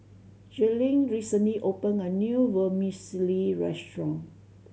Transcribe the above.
Jaelyn recently opened a new Vermicelli restaurant